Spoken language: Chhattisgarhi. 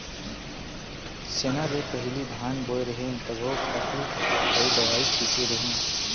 चना ले पहिली धान बोय रेहेव तभो खातू अउ दवई छिते रेहेव